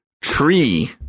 tree